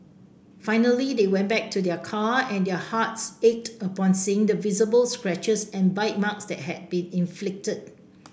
finally they went back to their car and their hearts ached upon seeing the visible scratches and bite marks that had been inflicted